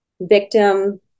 victim